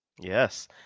Yes